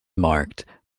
marked